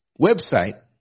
website